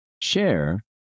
share